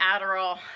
adderall